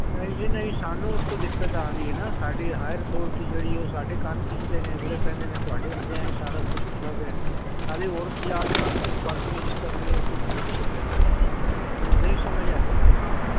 ਨਹੀਂ ਜੀ ਨਹੀਂ ਸਾਨੂੰ ਉਥੋਂ ਦਿੱਕਤ ਆਉਂਦੀ ਹ ਨਾ ਸਾਡੀ ਹਾਇਰਸੋਕਿਓਰਟੀ ਜਿਹੜੀ ਉਹ ਸਾਡੇ ਕੰਨ ਖਿੱਚਦੇ ਨੇ ਅਗਲੇ ਕਹਿੰਦੇ ਨੇ ਤੁਹਾਡੇ ਹੁੰਦਿਆਂ ਇਹ ਸਾਰਾ ਕੁਝ ਹੁੰਦਾ ਪਿਆ ਨਾਲੇ ਔਰਤ ਜਾਤ ਨਾਲ ਕਿਸ ਬਤਮੀਜ਼ੀ ਕਰਨੀ ਹ ਕਿੱਥੋਂ ਦੀ ਸੱਭਿਅਤਾ ਐ ਉਹਨੂੰ ਨਹੀਂ ਸਮਝ ਆ ਗਈ ਤੇ ਹਾਂ